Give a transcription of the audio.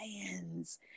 plans